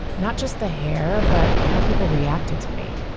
not just the hair, but how people reacted to me.